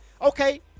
okay